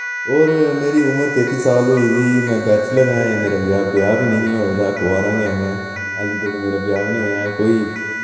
और मेरी उम्र तेत्ती साल होई दी मैं बैचलर ऐं अजें मेरा ब्याह् ब्याह् बी नेईं ऐ होए दा कुआंरा गैं में अल्ली धोड़ी मेरा ब्याह् बी निं होआ ऐ कोई